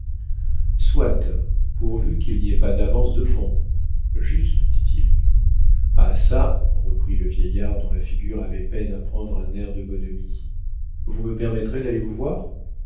soit pourvu qu'il n'y ait pas d'avances de fonds juste dit-il ah çà reprit le vieillard dont la figure avait peine à prendre un air de bonhomie vous me permettrez d'aller vous voir